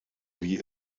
wie